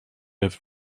have